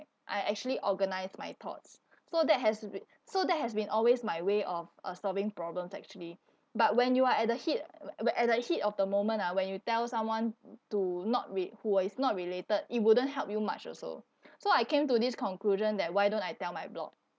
I actually organise my thoughts so that has to be so that has been always my way of uh solving problems actually but when you are at the heat a~ where at the heat of the moment ah when you tell someone to not read who is not related it wouldn't help you much also so I came to this conclusion that why don't I tell my blog